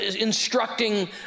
instructing